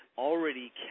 already